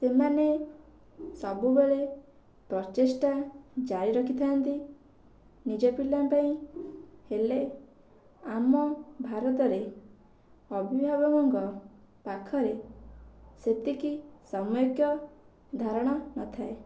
ସେମାନେ ସବୁବେଳେ ପ୍ରଚେଷ୍ଠା ଜାରିରଖିଥାନ୍ତି ନିଜ ପିଲାଙ୍କ ପାଇଁ ହେଲେ ଆମ ଭାରତରେ ଅଭିଭାବକଙ୍କ ପାଖରେ ସେତିକି ସମ୍ୟକ୍ ଧାରଣା ନଥାଏ